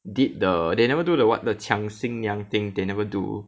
did the they never do the what 抢新娘 thing they never do